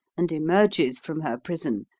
and emerges from her prison,